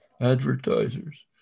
Advertisers